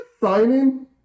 signing